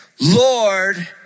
Lord